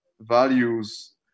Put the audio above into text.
values